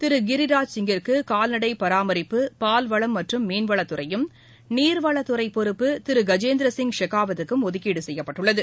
திரு கிரிராஜ் சிங்கிற்கு கால்நடை பராமரிப்பு பால்வளம் மற்றும் மீன்வளத்துறையும் நீர்வளத்துறை பொறுப்பு திரு கஜேந்திரசிங் ஷெனவத்துக்கும் ஒதுக்கீடு செய்யப்பட்டுள்ளது